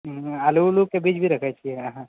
आलू ऊलु के बीज भी रखै छियै अहाँ